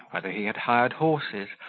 whether he had hired horses,